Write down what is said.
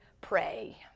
pray